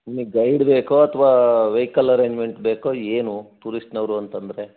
ನಿಮಗ್ ಗೈಡ್ ಬೇಕೋ ಅಥ್ವಾ ವೈಕಲ್ ಅರೆಂಜ್ಮೆಂಟ್ ಬೇಕೋ ಏನು ಟೂರಿಸ್ಟ್ನವರು ಅಂತಂದರೆ